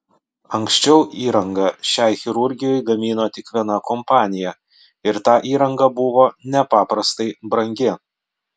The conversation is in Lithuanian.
anksčiau įrangą šiai chirurgijai gamino tik viena kompanija ir ta įranga buvo nepaprastai brangi